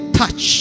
touch